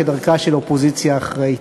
כדרכה של אופוזיציה אחראית.